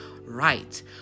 right